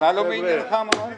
זה בכלל לא מעניינך --- חבר'ה,